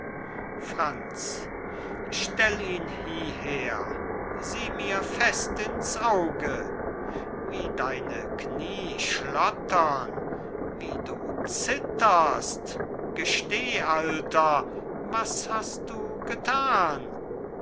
franz stell ihn hieher sieh mir fest ins auge wie deine kniee schlottern wie du zitterst gesteh alter was hast du gethan